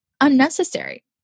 unnecessary